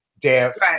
dance